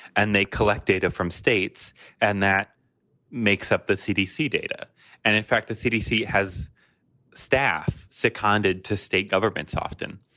and they collect data from states and that makes up the cdc data and in fact, the cdc has staff seconded to state governments often.